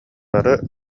бары